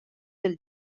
del